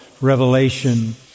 revelation